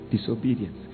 Disobedience